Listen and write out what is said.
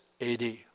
AD